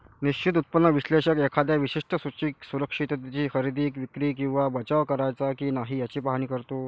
निश्चित उत्पन्न विश्लेषक एखाद्या विशिष्ट सुरक्षिततेची खरेदी, विक्री किंवा बचाव करायचा की नाही याचे पाहणी करतो